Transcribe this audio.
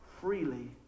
freely